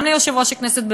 גם ליושב-ראש הכנסת,